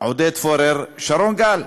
עודד פורר, שרון גל,